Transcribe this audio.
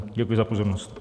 Děkuji za pozornost.